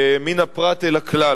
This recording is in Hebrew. ומן הפרט אל הכלל,